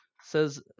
Says